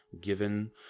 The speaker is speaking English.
given